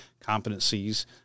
competencies